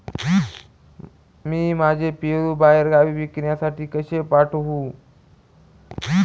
मी माझे पेरू बाहेरगावी विकण्यासाठी कसे पाठवू?